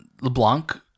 leblanc